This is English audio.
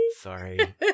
Sorry